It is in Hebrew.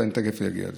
אבל תכף אגיע לזה.